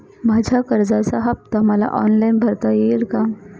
माझ्या कर्जाचा हफ्ता मला ऑनलाईन भरता येईल का?